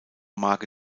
marke